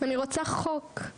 אני רוצה חוק.